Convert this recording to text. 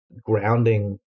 grounding